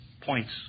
points